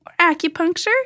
acupuncture